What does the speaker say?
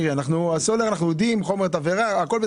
אנחנו מדברים על השמנים.